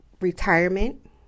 Retirement